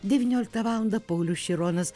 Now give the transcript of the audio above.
devynioliktą valandą paulius šironas